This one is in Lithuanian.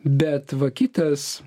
bet va kitas